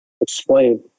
Explain